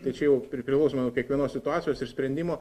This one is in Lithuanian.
tai čia jau priklausomai nuo kiekvienos situacijos ir sprendimo